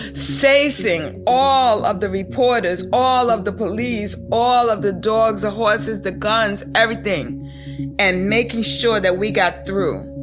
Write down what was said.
facing all of the reporters, all of the police, all of the dogs, the horses, the guns everything and making sure that we got through.